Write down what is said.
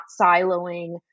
siloing